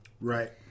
right